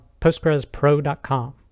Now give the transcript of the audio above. postgrespro.com